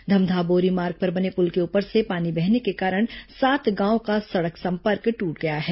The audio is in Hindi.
धमधा बोरी मार्ग पर बने पुल के ऊपर से पानी बहने के कारण सात गांवों का सड़क संपर्क दूट गया है